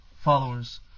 followers